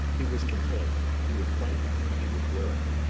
he was content. he would fight and he would work.